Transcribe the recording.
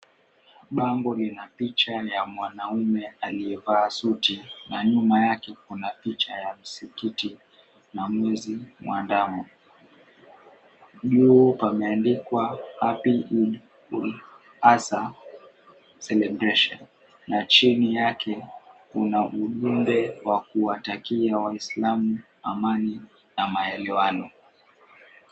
Bango lina picha ya mwanaume aliyevaa suti, na nyuma yake kuna picha ya msikiti na mwezi wa mdamu. Juu pameandikwa, Happy Id-ul-Azha. Chini yake kuna ujumbe wa kuwatakia waislamu amani na maelewano.